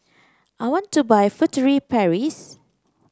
I want to buy Furtere Paris